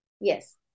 yes